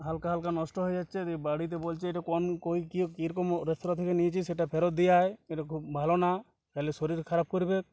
হালকা হালকা নষ্ট হয়ে যাচ্ছে দিয়ে বাড়িতে বলছে এটা কন কই কী কীরকম রেস্তোরাঁ থেকে নিয়েছিস এটা ফেরত দিয়ে আয় এটা খুব ভালো না খেলে শরীর খারাপ করবে